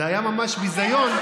זה היה ממש ביזיון.